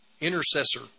intercessor